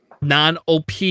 non-OP